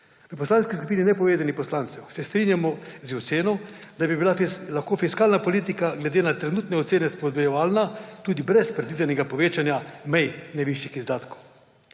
V Poslanski skupini nepovezanih poslancev se strinjamo z oceno, da bi lahko bila fiskalna politika glede na trenutne ocene spodbujevalna tudi brez predvidenega povečanja mej najvišjih izdatkov.